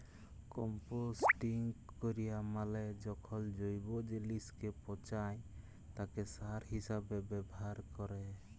composting ক্যরা মালে যখল জৈব জিলিসকে পঁচায় তাকে সার হিসাবে ব্যাভার ক্যরে